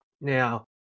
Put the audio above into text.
Now